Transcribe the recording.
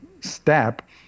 Step